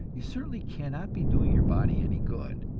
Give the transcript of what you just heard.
you certainly cannot be doing your body any good,